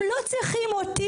הם לא צריכים אותי